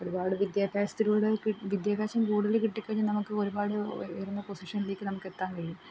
ഒരുപാട് വിദ്യാഭ്യാസത്തിലൂടെ വിദ്യാഭ്യാസം കൂടുതൽ കിട്ടി കഴിഞ്ഞാൽ നമുക്ക് ഒരുപാട് ഉയർന്ന പൊസിഷനിലേക്ക് നമുക്ക് എത്താൻ കഴിയും